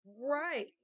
right